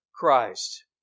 Christ